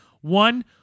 One